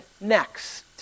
next